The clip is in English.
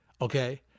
okay